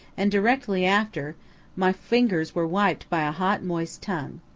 and directly after my fingers were wiped by a hot moist tongue.